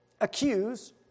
accuse